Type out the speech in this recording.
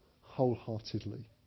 wholeheartedly